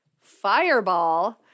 fireball